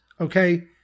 okay